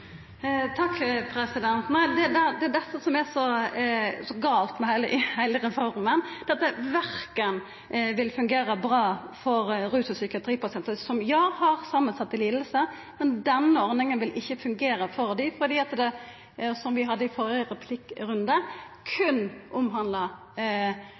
med heile reforma: Dette vil ikkje fungera bra for korkje rus- eller psykiatripasientar som – ja – har samansette lidingar. Men denne ordninga vil ikkje fungera for dei fordi det – som vi hadde oppe i førre replikkrunde